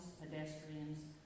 pedestrians